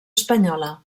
espanyola